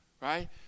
right